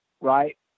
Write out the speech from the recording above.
right